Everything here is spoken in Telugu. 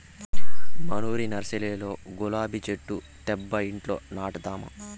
మనూరి నర్సరీలో గులాబీ చెట్లు తేబ్బా ఇంట్ల నాటదాము